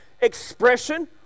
expression